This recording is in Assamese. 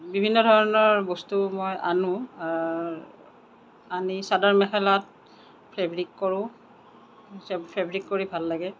বিভিন্ন ধৰণৰ বস্তু মই আনোঁ আনি চাদৰ মেখেলাত ফেব্ৰিক কৰোঁ ফেব্ৰিক কৰি ভাল লাগে